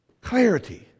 clarity